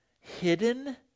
hidden